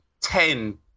ten